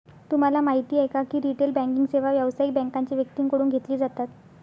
तुम्हाला माहिती आहे का की रिटेल बँकिंग सेवा व्यावसायिक बँकांच्या व्यक्तींकडून घेतली जातात